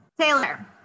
Taylor